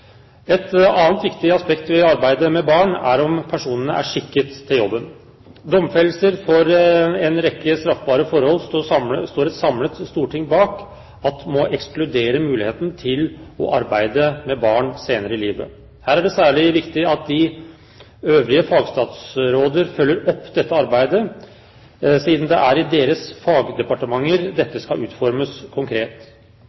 Et annet viktig aspekt i arbeidet med barn er om personene er skikket til jobben. Et samlet storting står bak at domfellelser for en rekke straffbare forhold må ekskludere muligheten til å arbeide med barn senere i livet. Her er det særlig viktig at de øvrige fagstatsråder følger opp dette arbeidet, siden det er i deres fagdepartementer